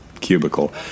cubicle